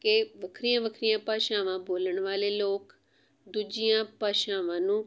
ਕਿ ਵੱਖਰੀਆਂ ਵੱਖਰੀਆਂ ਭਾਸ਼ਾਵਾਂ ਬੋਲਣ ਵਾਲੇ ਲੋਕ ਦੂਜੀਆਂ ਭਾਸ਼ਾਵਾਂ ਨੂੰ